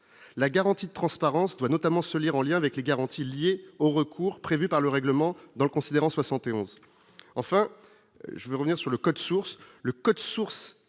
la garantie de transparence doit notamment se lire en lien avec les garanties liées au recours prévues par le règlement dans le considérant 71, enfin, je veux revenir sur le code source le code source des